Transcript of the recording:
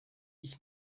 ich